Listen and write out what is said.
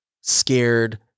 scared